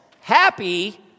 happy